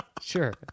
Sure